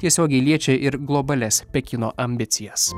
tiesiogiai liečia ir globalias pekino ambicijas